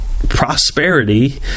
prosperity